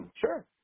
Sure